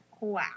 Wow